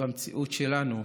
במציאות שלנו,